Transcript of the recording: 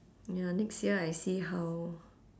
ya next year I see how